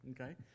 okay